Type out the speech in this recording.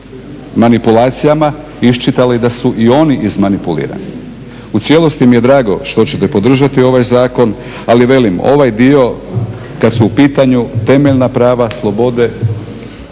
manipulacijama, iščitali da su i oni izmanipulirani. U cijelosti mi je drago što ćete podržati ovaj zakon, ali velim, ovaj dio kad su u pitanju temeljna prava, slobode,